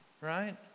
Right